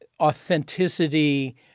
authenticity